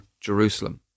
Jerusalem